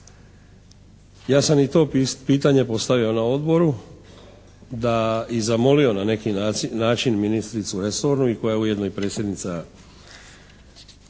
Ja sam i to pitanje postavio na odboru i zamolio na neki način ministricu resornu i koja je ujedno i predsjednica